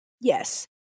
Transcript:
Yes